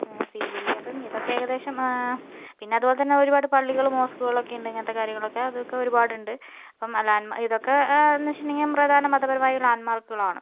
ഇതൊക്കെ ഏകദേശം പിന്നതുപോലെതന്നെ ഒരുപാട് പള്ളികള് മോസ്ക്കുകൾ ഒക്കെയുണ്ട് ഇങ്ങനത്തെ കാര്യങ്ങളൊക്കെ അതൊക്കെ ഒരുപാടുണ്ട് അപ്പം ലാൻഡ്മാർക്ക് ഇതൊക്കെ എന്നുവെച്ചിട്ടുണ്ടെങ്കിൽ പ്രധാന മതപരമായ ലാൻഡ്മാർക്കുകളാണ്